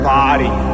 body